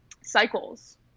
cycles